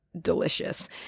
delicious